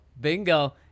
bingo